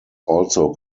also